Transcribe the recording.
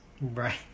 Right